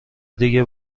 دیگه